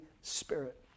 Spirit